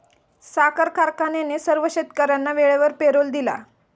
साखर कारखान्याने सर्व शेतकर्यांना वेळेवर पेरोल दिला